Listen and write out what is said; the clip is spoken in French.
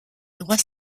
droits